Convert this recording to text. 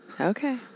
Okay